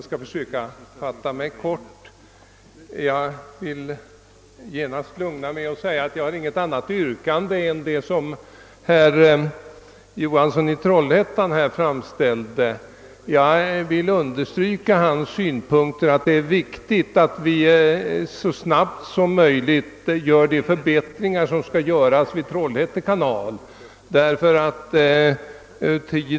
Herr talman! Jag vill genast säga att jag inte har något annat yrkande än det som herr Johansson i Trollhättan framställde. Jag vill också understryka vad han sade om att det är viktigt att så snabbt som möjligt genomföra de nödvändiga förbättringarna av Trollhätte kanal.